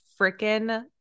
freaking